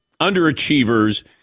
underachievers